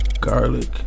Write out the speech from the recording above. garlic